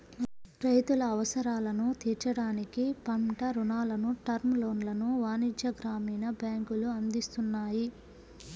రైతుల అవసరాలను తీర్చడానికి పంట రుణాలను, టర్మ్ లోన్లను వాణిజ్య, గ్రామీణ బ్యాంకులు అందిస్తున్నాయి